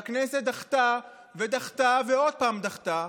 והכנסת דחתה ודחתה ושוב דחתה,